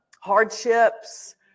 hardships